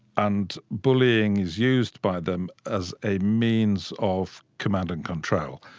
and bullying is used by them as a means of command and control.